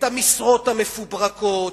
את המשרות המפוברקות,